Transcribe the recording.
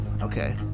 Okay